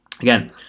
Again